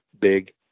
big